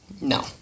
No